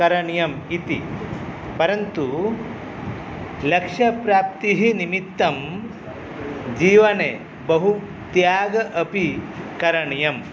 करणीयम् इति परन्तु लक्ष्यप्राप्तिः निमित्तं जीवने बहुत्यागः अपि करणीयः